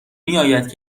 میاید